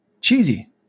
cheesy